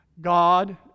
God